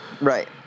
Right